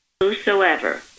Whosoever